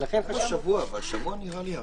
זה לא אומר רשאי לכנס,